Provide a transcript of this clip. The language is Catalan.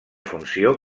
funció